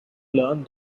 learned